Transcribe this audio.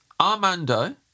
Armando